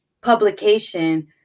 publication